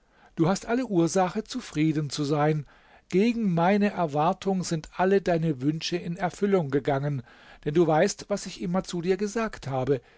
du hast alle ursache zufrieden zu sein gegen meine erwartung sind alle deine wünsche in erfüllung gegangen denn du weißt was ich immer zu dir gesagt habe